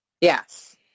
Yes